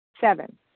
Seven